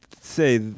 say